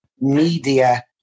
Media